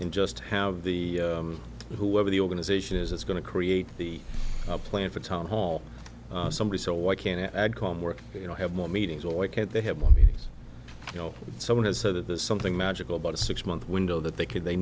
and just have the whoever the organization is it's going to create the plan for a town hall somebody so why can't i add come work you know have more meetings or why can't they have one meetings you know someone has said that there's something magical about a six month window that they could they